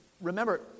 Remember